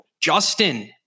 Justin